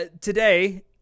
today